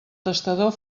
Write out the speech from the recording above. testador